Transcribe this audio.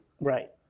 Right